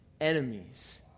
enemies